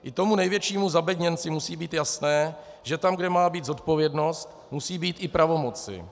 I tomu největšímu zabedněnci musí být jasné, že tam, kde má být zodpovědnost, musí být i pravomoci.